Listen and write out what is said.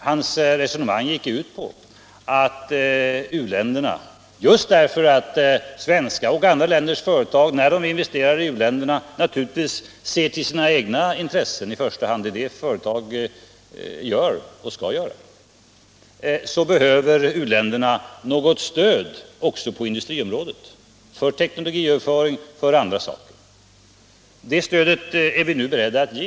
Hans resonemang gick ut på att just därför att svenska och andra länders företag när de investerar i u-länderna ser till sina egna intressen i första hand — det är det företag gör och skall göra — behöver u-länderna stöd också på industriområdet för t.ex. teknologiöverföring. Det stödet är vi nu beredda att ge.